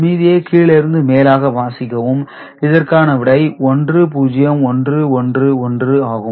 மீதியை கீழிருந்து மேலாக வாசிக்கவும் இதற்கான விடை 1 0 1 1 1 ஆகும்